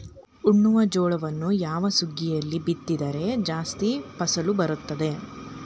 ಉಣ್ಣುವ ಜೋಳವನ್ನು ಯಾವ ಸುಗ್ಗಿಯಲ್ಲಿ ಬಿತ್ತಿದರೆ ಜಾಸ್ತಿ ಫಸಲು ಬರುತ್ತದೆ?